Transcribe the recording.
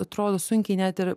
atrodo sunkiai net ir